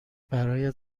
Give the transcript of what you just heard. برایت